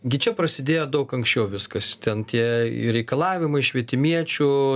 gi čia prasidėjo daug anksčiau viskas ten tie reikalavimai švietimiečių